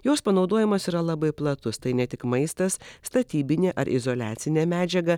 jos panaudojimas yra labai platus tai ne tik maistas statybinė ar izoliacine medžiaga